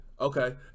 okay